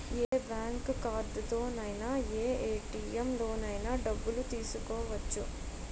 ఏ bank కార్డుతోనైన ఏ ATM లోనైన డబ్బులు తీసుకోవచ్చు